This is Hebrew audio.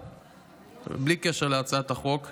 בלי קשר להצעת החוק,